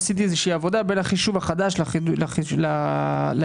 עשיתי איזושהי עבודה בין החישוב החדש לחישוב הישן